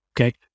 okay